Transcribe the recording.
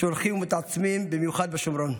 שהולכים ומתעצמים במיוחד בשומרון.